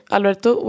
Alberto